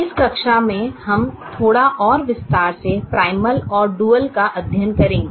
इस कक्षा में हम थोड़ा और विस्तार से प्राइमल और डुअल का अध्ययन करेंगे